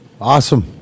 Awesome